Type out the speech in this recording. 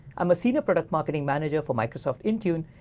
i'm a senior product marketing manager for microsoft intune,